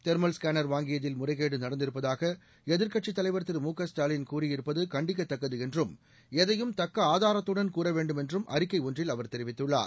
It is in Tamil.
தெர்மல் ஸ்கேனர் வாங்கியதில் முறைகேடு நடந்திருப்பதாக எதிர்க்கட்சித் தலைவர் திரு மு க ஸ்டாலின் கூறியிருப்பது கண்டிக்கத்தக்கது என்றும் எதையும் தக்க ஆதாரத்துடன் கூற வேண்டுமென்றும் அறிக்கை ஒன்றில் அவர் தெரிவித்துள்ளார்